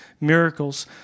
miracles